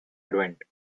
advent